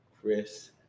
Chris